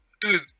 dude